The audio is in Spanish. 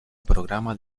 programa